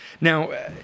Now